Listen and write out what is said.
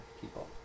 people